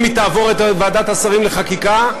אם היא תעבור את ועדת השרים לחקיקה,